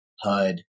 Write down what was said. HUD